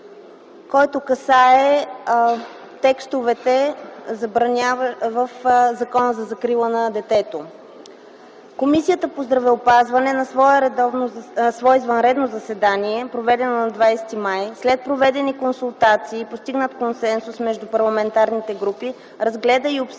който касае текстовете в Закона за закрила на детето. „Комисията по здравеопазването на свое извънредно заседание, проведено на 20 май 2010 г., след проведени консултации и постигнат консенсус между парламентарните групи, разгледа и обсъди